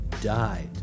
died